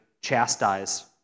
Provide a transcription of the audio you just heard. chastise